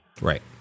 Right